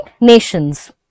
nations